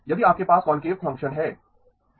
यदि आपके पास कॉन्क्लेव फंक्शन है E ψ ≤ψ E x